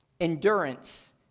endurance